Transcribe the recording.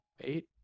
Eight